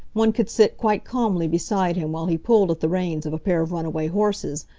one could sit quite calmly beside him while he pulled at the reins of a pair of runaway horses,